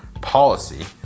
policy